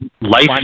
life